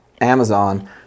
Amazon